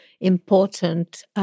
important